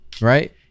Right